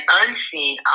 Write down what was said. unseen